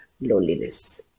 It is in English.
loneliness